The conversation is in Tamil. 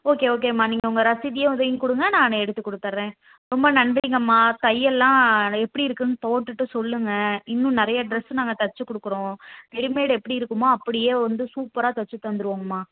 ஓகே ஓகேம்மா நீங்க உங்க ரசீதியை வந்து இங் கொடுங்க நான் எடுத்துக்கொடுத்துட்றேன் ரொம்ப நன்றிங்கம்மா தையல்லாம் எப்படி இருக்குன்னு போட்டுவிட்டு சொல்லுங்கள் இன்னும் நிறைய ட்ரெஸ் நாங்கள் தச்சு கொடுக்குறோம் ரெடி மேட் எப்படி இருக்குமோ அப்படியே வந்து சூப்பராக தச்சு தந்துருவோங்ம்மா